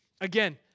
Again